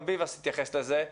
גם ביבס התייחס לזה.